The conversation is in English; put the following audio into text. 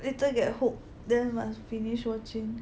later get hooked then must finish watching